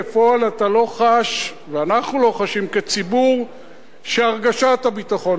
בפועל אתה לא חש ואנחנו לא חשים כציבור את הרגשת הביטחון.